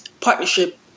partnership